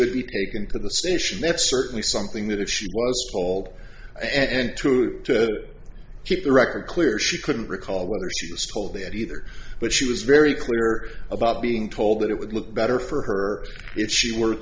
would be taken to the station that's certainly something that if she was told and true to keep the record clear she couldn't recall whether she was told that either but she was very clear about being told that it would look better for her if she were